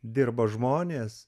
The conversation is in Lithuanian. dirba žmonės